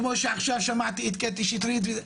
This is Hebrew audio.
כמו שעכשיו שמעתי את קטי שטרית.